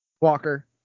Walker